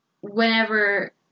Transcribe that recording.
whenever